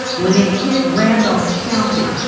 when it hit randolph county.